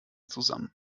zusammen